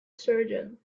surgeon